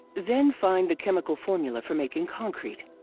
then find the chemical formula for making concrete.